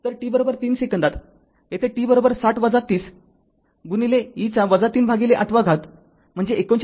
तर t३ सेकंदात येथे t ६० ३० गुणिले e ३८ म्हणजे ३९